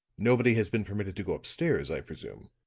nobody has been permitted to go upstairs, i presume?